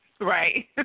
Right